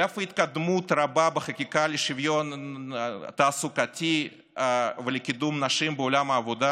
על אף התקדמות רבה בחקיקה לשוויון תעסוקתי ולקידום נשים בעולם העבודה,